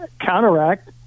counteract